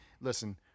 Listen